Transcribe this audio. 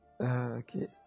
Okay